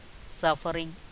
suffering